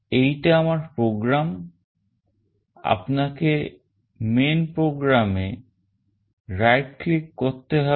এইটা আমার program আপনাকে main programএ right click করতে হবে